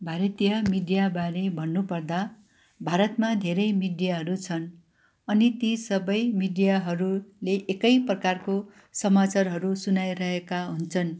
भारतीय मिडियाबारे भन्नु पर्दा भारतमा धेरै मिडियाहरू छन् अनि ती सबै मिडियाहरूले एकै प्रकारको समाचारहरू सुनाइरहेका हुन्छन्